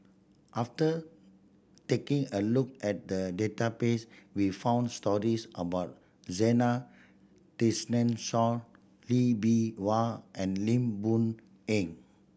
after taking a look at the database we found stories about Zena Tessensohn Lee Bee Wah and Lim Boon Heng